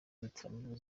inzitiramibu